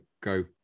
go